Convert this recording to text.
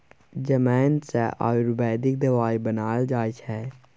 जमैन सँ आयुर्वेदिक दबाई बनाएल जाइ छै